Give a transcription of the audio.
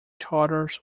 charters